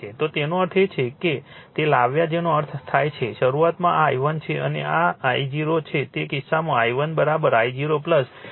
તો તેનો અર્થ એ છે કે તે લાવ્યા જેનો અર્થ થાય છે શરૂઆતમાં આ I1 છે અને આ I0 છે તે કિસ્સામાં I1 I0 I2 છે